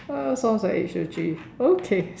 uh sounds like H O G okay